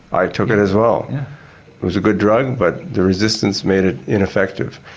i took it as well. it was a good drug, but the resistance made it ineffective.